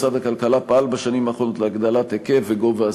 משרד הכלכלה פעל בשנים האחרונות להגדלת הסבסוד,